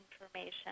information